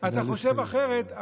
אתה חושב אחרת,